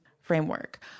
framework